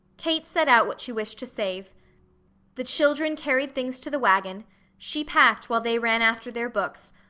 kate set out what she wished to save the children carried things to the wagon she packed while they ran after their books,